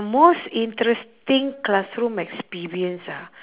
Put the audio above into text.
most interesting classroom experience ah